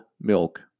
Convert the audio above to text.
milk